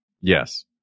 Yes